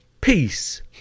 Peace